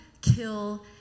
kill